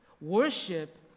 Worship